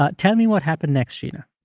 ah tell me what happened next, sheena